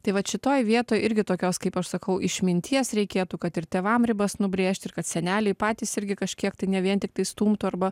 tai vat šitoj vietoj irgi tokios kaip aš sakau išminties reikėtų kad ir tėvam ribas nubrėžti ir kad seneliai patys irgi kažkiek tai ne vien tiktai stumtų arba